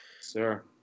sir